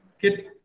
kit